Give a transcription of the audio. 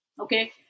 okay